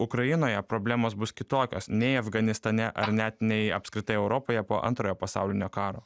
ukrainoje problemos bus kitokios nei afganistane ar net nei apskritai europoje po antrojo pasaulinio karo